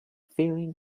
feeling